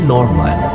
Normal